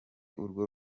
urwo